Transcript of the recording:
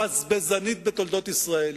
הבזבזנית בתולדות ישראל,